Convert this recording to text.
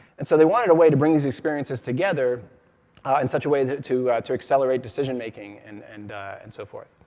and so they wanted a way to bring these experiences together in such a way to to accelerate decision making, and and and so forth.